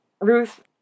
Ruth